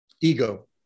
Ego